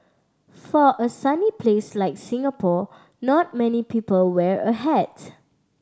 for a sunny place like Singapore not many people wear a hat